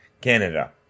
Canada